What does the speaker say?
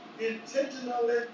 intentionally